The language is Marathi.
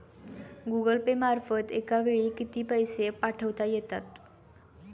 गूगल पे मार्फत एका वेळी किती पैसे पाठवता येतात?